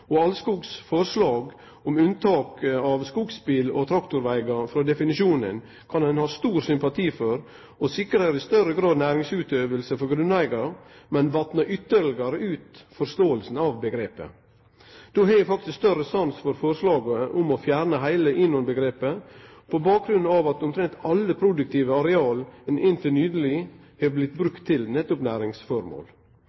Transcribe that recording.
ALLSKOGs forslag om unntak for skogsbil- og traktorvegar i definisjonen kan ein ha stor sympati for. Det sikrar i større grad næringsutøving for grunneigarar, men vatnar ytterlegare ut forståinga av omgrepet. Då har eg faktisk større sans for forslaget om å fjerne heile INON-omgrepet, på bakgrunn av at omtrent alle produktive areal inntil nyleg har blitt